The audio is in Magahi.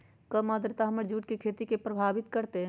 कम आद्रता हमर जुट के खेती के प्रभावित कारतै?